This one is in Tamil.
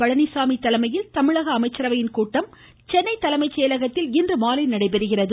பழனிசாமி தலைமையில் தமிழக அமைச்சரவை கூட்டம் சென்னை தலைமை செயலகத்தில் இன்றுமாலை நடைபெறுகிறது